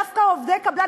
דווקא עובדי קבלן,